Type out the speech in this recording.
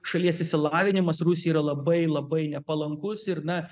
šalies išsilavinimas rusijai yra labai labai nepalankus ir na